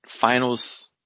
finals